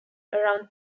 around